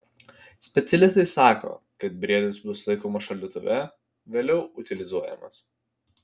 specialistai sako kad briedis bus laikomas šaldytuve vėliau utilizuojamas